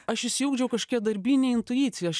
aš išsiugdžiau kažkokią darbinę intuiciją aš